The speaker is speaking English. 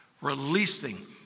releasing